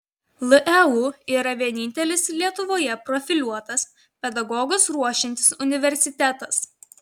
leu yra vienintelis lietuvoje profiliuotas pedagogus ruošiantis universitetas